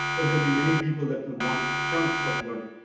but there'll be many people that will want chunks of learning.